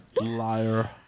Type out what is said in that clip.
Liar